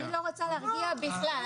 אני לא רוצה להרגיע בכלל,